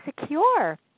secure